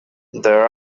there